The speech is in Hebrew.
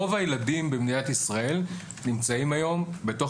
רוב הילדים במדינת ישראל נמצאים היום בתוך